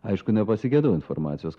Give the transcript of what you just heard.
aišku nepasigedau informacijos